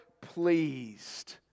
pleased